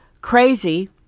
crazy